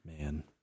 Man